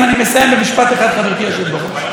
אני מסיים במשפט אחד, חברתי היושבת בראש.